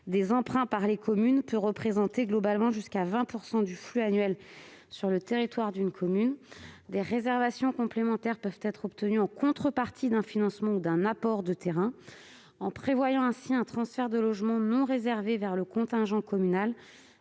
des emprunts par les communes peut représenter globalement jusqu'à 20 % du flux annuel sur le territoire d'une commune. Des réservations complémentaires peuvent être obtenues en contrepartie du financement d'un apport de terrain. Le transfert de logements non réservés vers le contingent communal,